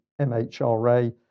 MHRA